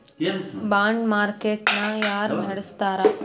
ಬಾಂಡ market ನ ಯಾರ ನಡಸ್ತಾರ?